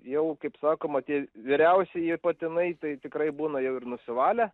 jau kaip sakoma tie vyriausieji patinai tai tikrai būna jau ir nusivalę